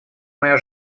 моя